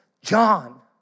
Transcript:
John